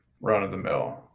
run-of-the-mill